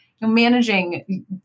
managing